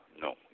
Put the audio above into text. No